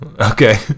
okay